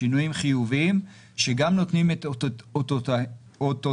שינויים חיוביים שגם נותנים את אותותיהם.